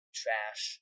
trash